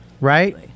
Right